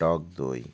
টক দুই